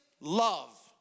love